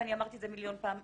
ואני אמרתי את זה מיליון פעם,